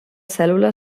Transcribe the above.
cèl·lula